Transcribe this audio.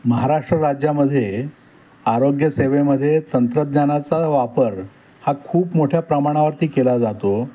महाराष्ट्र राज्यामध्ये आरोग्यसेवेमधे तंत्रज्ञानाचा वापर हा खूप मोठ्या प्रमाणावरती केला जातो